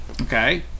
Okay